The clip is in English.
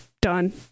done